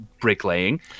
bricklaying